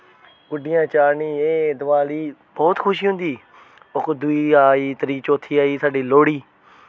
गुड्डियां चाढ़नियां एह् दिवाली बोह्त खुशी होंदी ओह् कि दुई आई त्री चौथी आई साड्डी लोह्ड़ी